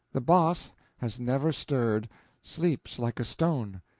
the boss has never stirred sleeps like a stone.